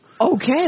Okay